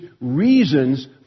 reasons